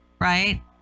right